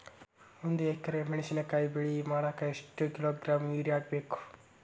ಒಂದ್ ಎಕರೆ ಮೆಣಸಿನಕಾಯಿ ಬೆಳಿ ಮಾಡಾಕ ಎಷ್ಟ ಕಿಲೋಗ್ರಾಂ ಯೂರಿಯಾ ಹಾಕ್ಬೇಕು?